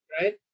right